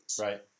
Right